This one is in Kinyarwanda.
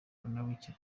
mbonabucya